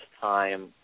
time